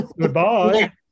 Goodbye